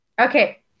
Okay